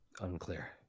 Unclear